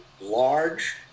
large